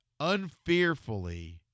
unfearfully